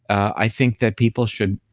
i think that people should,